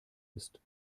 ist